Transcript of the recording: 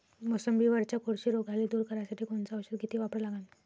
मोसंबीवरच्या कोळशी रोगाले दूर करासाठी कोनचं औषध किती वापरा लागन?